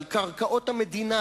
על קרקעות המדינה,